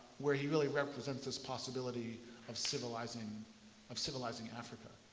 where he really represents this possibility of civilizing of civilizing africa.